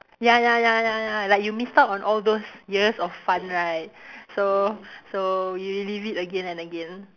ya ya ya ya ya like you missed out on all those years of fun right so so you live it again and again